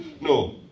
No